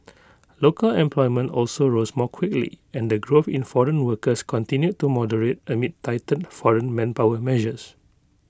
local employment also rose more quickly and the growth in foreign workers continue to moderate amid tightened foreign manpower measures